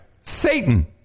Satan